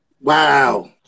Wow